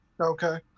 okay